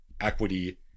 equity